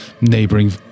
neighboring